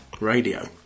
radio